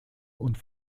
und